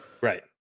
right